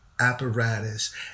apparatus